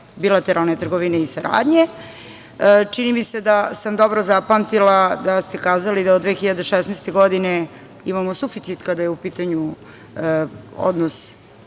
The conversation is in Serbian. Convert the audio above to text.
bilateralne trgovine i saradnje. Čini mi se da sam dobro zapamtila da ste kazali da od 2016. godine imamo suficit kada je u pitanju odnos,